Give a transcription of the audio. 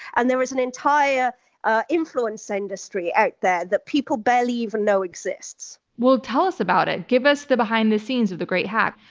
and there was an entire ah influence industry out there that people barely even know exists. well, tell us about it. give us the behind the scenes of the great hack.